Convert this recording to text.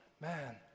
man